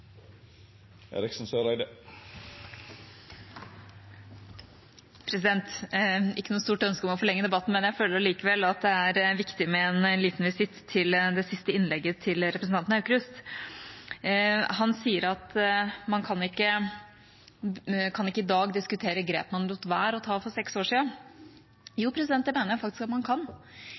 ikke noe stort ønske om å forlenge debatten, men jeg føler at det er viktig med en liten visitt til det siste innlegget til representanten Aukrust. Han sier at man i dag ikke kan diskutere grep man lot være å ta for seks år siden. Jo, det mener jeg faktisk at man kan,